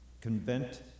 Convent